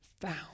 found